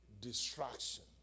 distraction